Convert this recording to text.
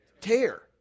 tear